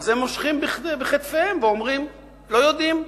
אז הם מושכים בכתפיהם ואומרים: לא יודעים,